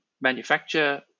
manufacture